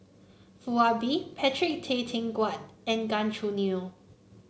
Foo Ah Bee Patrick Tay Teck Guan and Gan Choo Neo